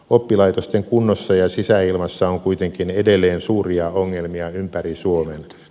oppilaitosten kunnossa ja sisäilmassa on kuitenkin edelleen suuria ongelmia ympäri suomen